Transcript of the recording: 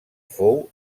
fou